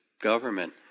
government